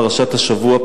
פרשת השבוע,